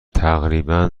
تقریبا